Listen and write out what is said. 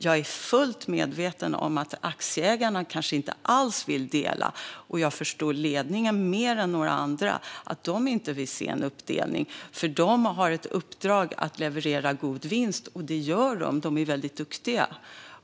Jag är fullt medveten om att aktieägarna kanske inte alls vill dela, och jag förstår att ledningen ännu mindre än några andra vill se en uppdelning. De har ju ett uppdrag att leverera god vinst, och det gör de. De är väldigt duktiga.